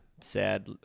Sad